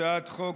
הצעת חוק